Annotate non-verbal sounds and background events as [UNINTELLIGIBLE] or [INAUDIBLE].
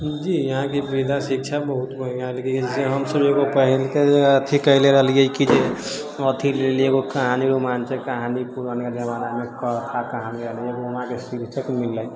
जी अहाँके विधा शिक्षा बहुत बढ़िआँ लगै छै जे हमसब एगो पहिलके अथी कइले रहलिए कि जे अथी एगो कहानिओ रोमाञ्चक कहानी पुराना जमानामे कथा कहानी [UNINTELLIGIBLE] शीर्षक मिललै